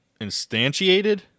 instantiated